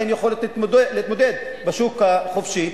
אין יכולת להתמודד בשוק החופשי.